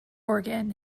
oregon